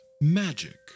magic